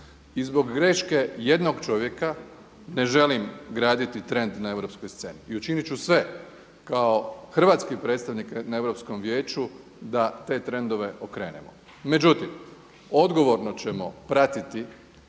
I zbog greške jednog čovjeka ne želim graditi trend na europskoj sceni i učinit ću sve kao hrvatski predstavnik na Europskom vijeću da te trendove okrenemo. Međutim, odgovorno ćemo pratiti